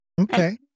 Okay